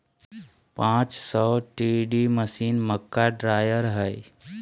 पांच सौ TD machine, मक्का ड्रायर हइ